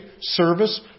service